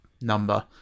number